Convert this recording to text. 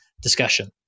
discussion